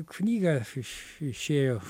knyga iš išėjo